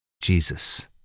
Jesus